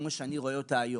כמו שאני רואה אותה היום.